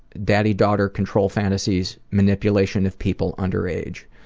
daddy-daughter control fantasies, manipulation of people under age.